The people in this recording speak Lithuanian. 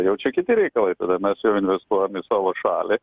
jau čia kiti reikalai tada mes jau investuojam į savo šalį